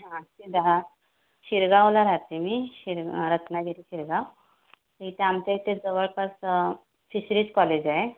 सहाशे दहा शिरगावला राहते मी शिर रत्नागिरी शिरगाव तिथे आमच्या इथे जवळपास फिशरीज कॉलेज आहे